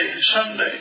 Sunday